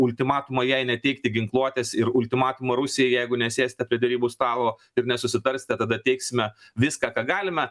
ultimatumą jai neteikti ginkluotės ir ultimatumą rusijai jeigu nesėsite prie derybų stalo ir nesusitarsite tada teiksime viską ką galime